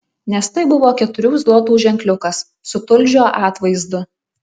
nes tai buvo keturių zlotų ženkliukas su tulžio atvaizdu